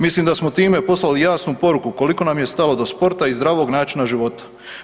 Mislim da smo time poslali jasnu poruku koliko nam je stalo do sporta i zdravog načina života.